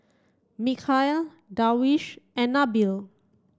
Mikhail Darwish and Nabil